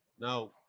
Now